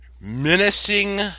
Menacing